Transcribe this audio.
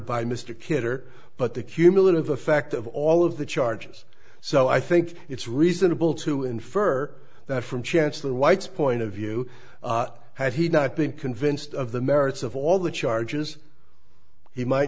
by mr kidder but the cumulative effect of all of the charges so i think it's reasonable to infer that from chancellor white's point of view had he not been convinced of the merits of all the charges he might